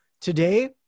Today